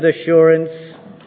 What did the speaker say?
assurance